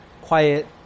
quiet